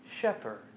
shepherd